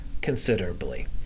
considerably